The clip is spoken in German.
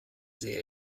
sehr